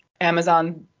Amazon